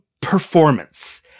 performance